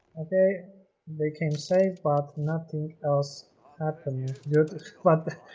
okay they came safe but nothing else happen you get squat the